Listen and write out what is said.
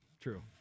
True